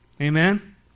Amen